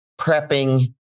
prepping